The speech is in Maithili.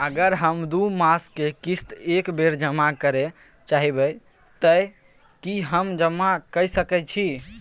अगर हम दू मास के किस्त एक बेर जमा करे चाहबे तय की हम जमा कय सके छि?